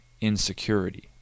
insecurity